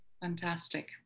fantastic